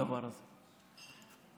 הדבר הזה,